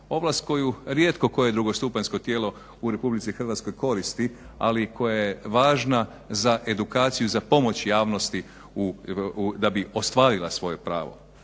ovlast koju rijetko koje drugostupanjsko tijelo u RH koristi ali koja je važna za edukaciju za pomoć javnosti da bi ostvarila svoje pravo.